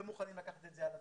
הם מוכנים לקחת את זה על עצמם.